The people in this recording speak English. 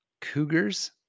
cougars